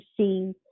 see